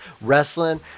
wrestling